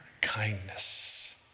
kindness